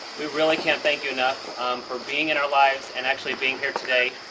we really can't thank you enough for being in our lives and actually being here today.